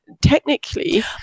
technically